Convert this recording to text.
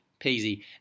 peasy